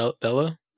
Bella